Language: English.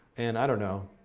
and i don't know,